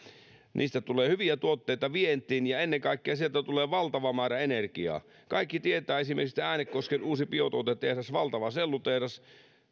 niistä tulee hyviä tuotteita vientiin ja ennen kaikkea sieltä tulee valtava määrä energiaa kaikki tietää esimerkiksi että äänekosken uusi biotuotetehdas valtava sellutehdas